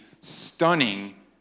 stunning